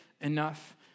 enough